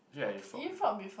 actually I eat frog before